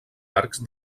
arcs